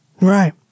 Right